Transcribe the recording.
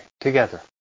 together